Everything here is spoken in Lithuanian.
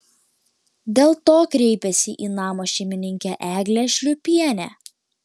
dėl to kreipėsi į namo šeimininkę eglę šliūpienę